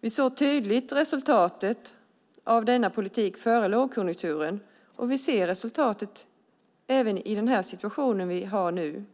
Vi såg tydligt resultatet av denna politik före lågkonjunkturen, och vi ser resultatet även i den situation vi har nu.